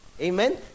Amen